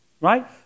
right